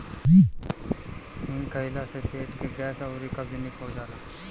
हिंग खइला से पेट के गैस अउरी कब्ज निक हो जाला